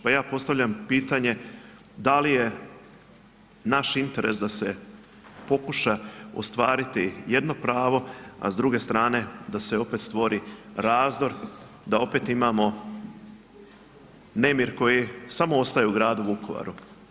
Pa ja postavljam pitanje da li je naš interes da se pokuša ostvariti jedno pravo, a s druge strane da se opet stvori razdor, da opet imamo nemir koji samo ostaje u gradu Vukovaru.